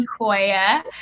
Koya